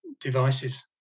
devices